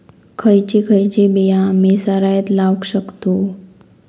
खयची खयची बिया आम्ही सरायत लावक शकतु?